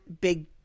big